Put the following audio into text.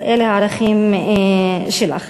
אלה הערכים שלך.